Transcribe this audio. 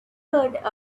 heard